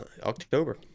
october